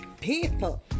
people